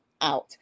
out